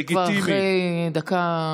יש פה אבל גדול, לא, אבל זה כבר אחרי דקה.